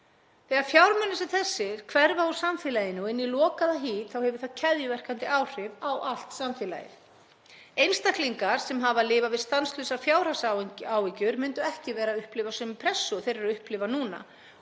Þegar fjármunir sem þessir hverfa úr samfélaginu og inn í lokaða hít þá hefur það keðjuverkandi áhrif á allt samfélagið. Einstaklingar sem hafa lifað við stanslausar fjárhagsáhyggjur myndu ekki vera að upplifa sömu pressu og þeir upplifa núna.